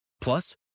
Plus